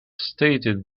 stated